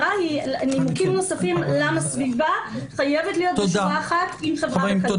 נימוקים נוספים למה סביבה חייבת להיות בשורה אחת עם חברה וכלכלה.